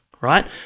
right